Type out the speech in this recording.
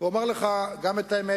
אומר לך גם את האמת.